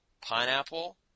pineapple